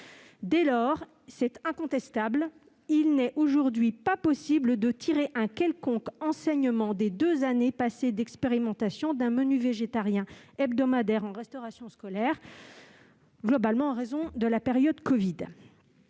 dès lors incontestable qu'il n'est, aujourd'hui, pas possible de tirer un quelconque enseignement des deux années passées d'expérimentation d'un menu végétarien hebdomadaire en restauration scolaire, globalement en raison de la crise du